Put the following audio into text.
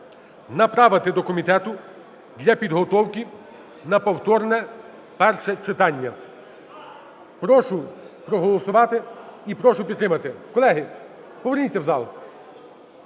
направити до комітету для підготовки на повторне перше читання. Прошу проголосувати. І прошу підтримати. Колеги, поверніться в зал.